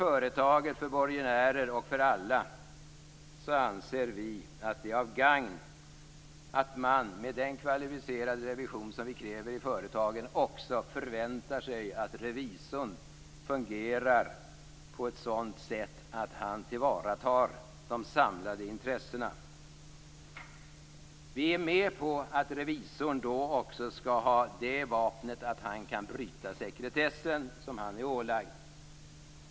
Med tanke på att vi kräver en kvalificerad revision i företaget anser vi att man också kan förvänta sig att revisorn fungerar på ett sådant sätt att han tillvaratar de samlade intressena. Det är till gagn för företaget, borgenärerna och alla andra. Vi är med på att revisorn då också skall ha det vapnet att han kan bryta sekretessen som han är ålagd.